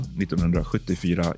1974